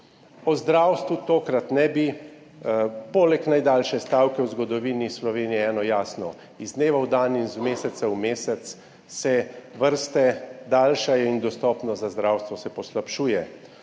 O zdravstvu tokrat ne bi. Poleg najdaljše stavke v zgodovini Slovenije je jasno eno – iz dneva v dan, iz meseca v mesec se vrste daljšajo in dostopnost do zdravstva se poslabšuje.